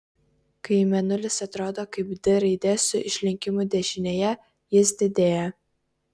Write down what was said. kai mėnulis atrodo kaip d raidė su išlinkimu dešinėje jis didėja